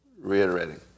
reiterating